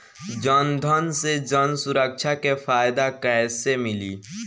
जनधन से जन सुरक्षा के फायदा कैसे मिली?